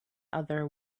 other